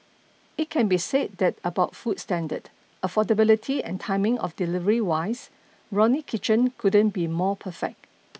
it can be said that about food standard affordability and timing of delivery wise Ronnie Kitchen couldn't be more perfect